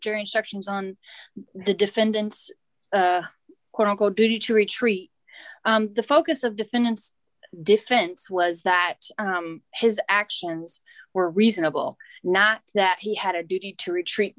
jury instructions on the defendant's quote unquote duty to retreat the focus of defendant's defense was that his actions were reasonable not that he had a duty to retreat